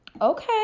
okay